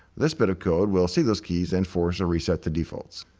this bit of code will see those keys and force a reset to defaults.